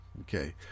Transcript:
Okay